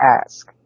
ask